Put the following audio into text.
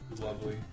Lovely